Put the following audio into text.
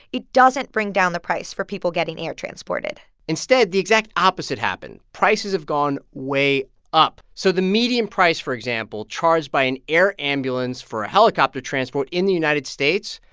it doesn't bring down the price for people getting air transported instead, the exact opposite happened. prices have gone way up. so the median price, for example, charged by an air ambulance for a helicopter transport in the united states,